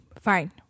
Fine